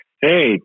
Hey